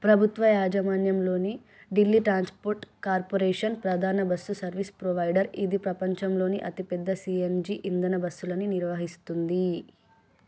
ప్రభుత్వ యాజమాన్యంలోని Delhi transport corporation ప్రధాన బస్సు సర్వీస్ ప్రొవైడర్ ఇది ప్రపంచంలోని అతిపెద్ద సిఎన్జి ఇంధన బస్సులను నిర్వహిస్తుంది